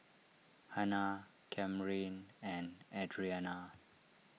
Hanna Camryn and Adriana